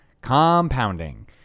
Compounding